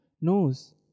knows